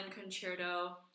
concerto